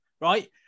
Right